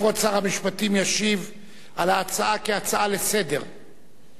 כבוד שר המשפטים ישיב על ההצעה כהצעה לסדר-היום,